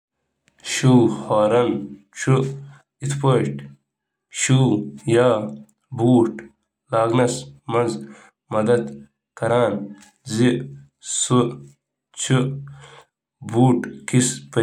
بوٗٹَن ہُنٛد ہارن چھُ اکھ اوزار یُس تُہنٛدِس کھۄرَس تُہنٛدِس بوٗٹَس منٛز آسٲنی سان ژلنَس منٛز مدد کرنہٕ خٲطرٕ استعمال چھُ یِوان کرنہٕ۔